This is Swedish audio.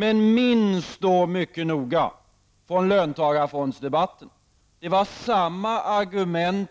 Men minns då mycket noga att man i löntagarfondsdebatten använde sig av samma argument.